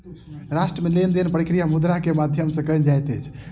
राष्ट्र मे लेन देन के प्रक्रिया मुद्रा के माध्यम सॅ कयल जाइत अछि